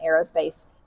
aerospace